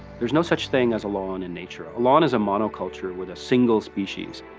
there's no such thing as a lawn in nature. ah lawn is a monoculture with a single species,